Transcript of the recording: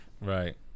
right